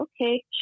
okay